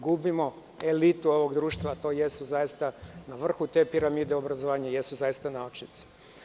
Gubimo elitu ovog društva, a to jesu na vrhu te piramide obrazovanja jesu zaista naučnici.